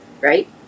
right